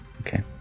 Okay